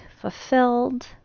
fulfilled